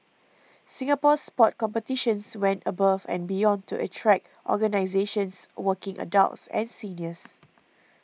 Singapore Sport Competitions went above and beyond to attract organisations working adults and seniors